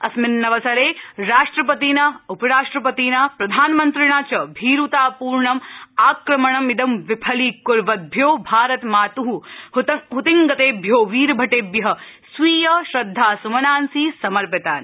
अस्मिन्नवसरे राष्ट्रपतिना उपराष्ट्रपतिना प्रधानमन्द्रिणा च भीरुतापूर्ण आक्रमणम् इदम् विफलीक्वद्भ्यो भारतमातुः हृतिंगतेभ्यो वीरभटेभ्य स्वीय श्रद्वास्मनांसि समर्पितानि